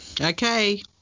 okay